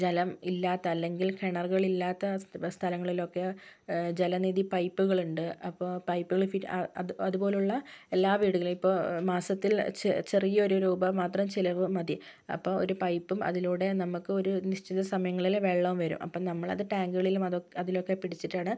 ജലം ഇല്ലാത്ത അല്ലെങ്കിൽ കിണറുകൾ ഇല്ലാത്ത സ്ഥലങ്ങളിലൊക്കെ ജലനിധി പൈപ്പുകളുണ്ട് അപ്പോൾ പൈപ്പുകൾ അതുപോലുള്ള എല്ലാ വീടുകളും ഇപ്പോൾ മാസത്തിൽ ചെറിയൊരു രൂപ മാത്രം ചിലവ് മതി അപ്പോൾ ഒരു പൈപ്പും അതിലൂടെ നമുക്ക് ഒരു നിശ്ചിത സമയങ്ങളിൽ വെള്ളവും വരും അപ്പോൾ നമ്മളത് ടാങ്കുകളിലും അതിലൊക്കെ പിടിച്ചിട്ടാണ്